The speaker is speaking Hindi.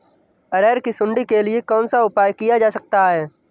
अरहर की सुंडी के लिए कौन सा उपाय किया जा सकता है?